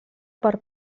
per